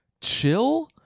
chill